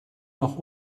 noch